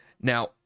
Now